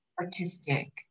artistic